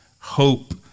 Hope